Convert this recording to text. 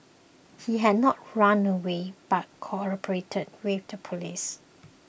he had not run away but cooperated with the police